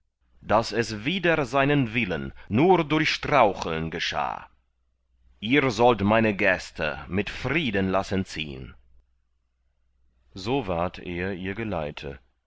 daß es wider seinen willen nur durch straucheln geschah ihr sollt meine gäste mit frieden lassen ziehn so ward er ihr geleite